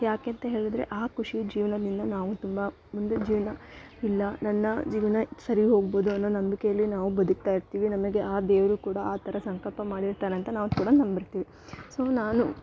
ಯಾಕೆ ಅಂತ ಹೇಳಿದ್ರೆ ಆ ಖುಷಿಯು ಜೀವನದಿಂದ ನಾವು ತುಂಬ ಮುಂದಿನ ಜೀವನ ಇಲ್ಲ ನನ್ನ ಜೀವನ ಸರಿ ಹೋಗ್ಬೋದು ಅನ್ನೋ ನಂಬಿಕೆಯಲ್ಲಿ ನಾವು ಬದುಕ್ತಾ ಇರ್ತೀವಿ ನಮಗೆ ಆ ದೇವರು ಕೂಡ ಆ ಥರ ಸಂಕಲ್ಪ ಮಾಡಿರ್ತಾನೆ ಅಂತ ನಾವು ಕೂಡ ನಂಬಿರ್ತೀವಿ ಸೊ ನಾನು